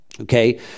okay